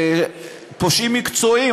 "פושעים מקצועיים",